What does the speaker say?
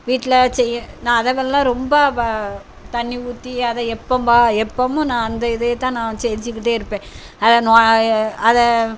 வீட்டில் செய் நான் அதுகெல்லாம் ரொம்ப வ தண்ணி ஊற்றி அதை எப்போம்பா எப்போமும் நான் அந்த இதே தான் நான் செஞ்சிக்கிட்டே இருப்பேன் அதை நொ அதை